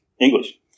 English